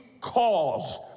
cause